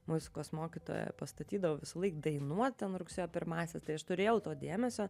muzikos mokytoja pastatydavo visąlaik dainuot ten rugsėjo pirmąsias tai aš turėjau to dėmesio